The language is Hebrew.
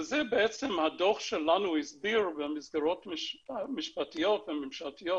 זה בעצם הדוח שלנו הסביר במסגרות משפטיות וממשלתיות,